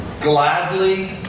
gladly